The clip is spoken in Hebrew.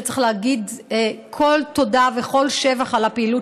שצריך להגיד כל תודה וכל שבח על הפעילות